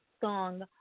song